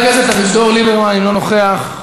חבר הכנסת אביגדור ליברמן, אינו נוכח.